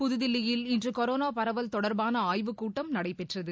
புதுதில்லியில் இன்றுகொரோனாபரவல் தொடர்பானஆய்வுக்கூட்டம் நடைபெற்றது